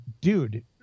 dude